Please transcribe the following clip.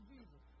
Jesus